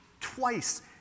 Twice